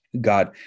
God